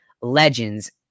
legends